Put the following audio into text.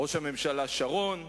ראש הממשלה שרון.